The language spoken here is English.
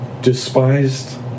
despised